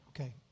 Okay